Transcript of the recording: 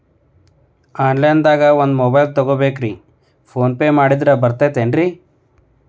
Online ದಾಗ ಒಂದ್ mobile ತಗೋಬೇಕ್ರಿ ಫೋನ್ ಪೇ ಮಾಡಿದ್ರ ಬರ್ತಾದೇನ್ರಿ?